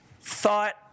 thought